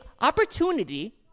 opportunity